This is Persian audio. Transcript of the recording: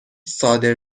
صادر